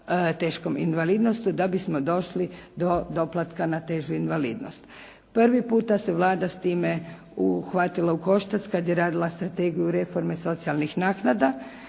teškom invalidnošću da bismo došli do doplatka na težu invalidnost. Prvi puta se Vlada s time uhvatila u koštac kad je radila strategiju reforme socijalnih naknada